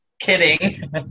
Kidding